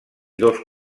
dos